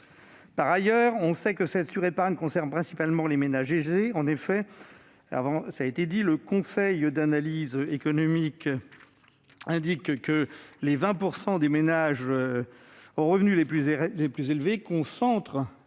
Par ailleurs, on sait que cette surépargne concerne principalement les ménages aisés. En effet, le Conseil d'analyse économique indique que les 20 % des ménages aux revenus les plus élevés ont